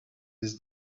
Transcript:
his